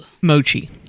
Mochi